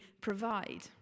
provide